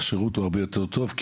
השירות הוא הרבה יותר טוב.